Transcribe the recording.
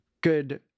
good